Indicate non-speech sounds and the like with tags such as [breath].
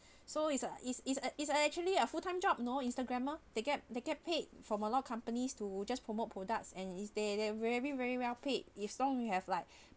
[breath] so it's like it's it's uh it's actually a full-time job no instagrammer they get they get paid form a lot of companies to just promote products and is they they very very well paid as long you have like [breath]